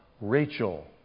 Rachel